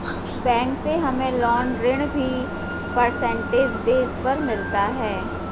bank से हमे loan ऋण भी परसेंटेज बेस पर मिलता है